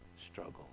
struggle